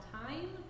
time